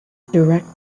direct